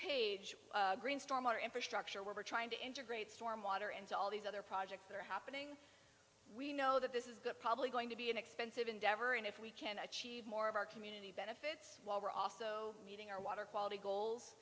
page green storm our infrastructure we're trying to integrate storm water into all these other projects that are happening we know that this is good probably going to be an expensive endeavor and if we can achieve more of our community benefits while we're also meeting our water quality goals